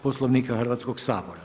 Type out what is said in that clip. Poslovnika Hrvatskog sabora.